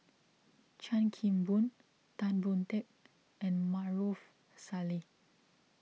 Chan Kim Boon Tan Boon Teik and Maarof Salleh